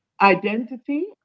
identity